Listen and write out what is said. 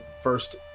first